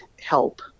help